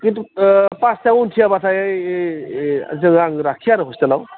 खिन्थु फासथायाव उनथियाबाथाय जोंं आं लाखिया आरो ह'स्टेलाव